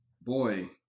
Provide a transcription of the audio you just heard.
Boy